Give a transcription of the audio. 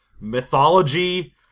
mythology